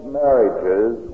marriages